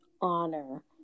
honor